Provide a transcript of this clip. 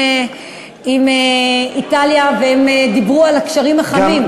עם איטליה, והם דיברו על הקשרים החמים.